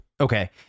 Okay